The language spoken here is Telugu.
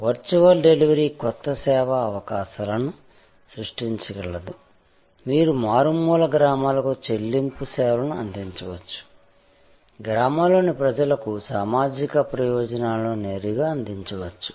వర్చువల్ డెలివరీ కొత్త సేవా అవకాశాలను సృష్టించగలదు మీరు మారుమూల గ్రామాలకు చెల్లింపు సేవలను అందించవచ్చు గ్రామాల్లోని ప్రజలకు సామాజిక ప్రయోజనాలను నేరుగా అందించవచ్చు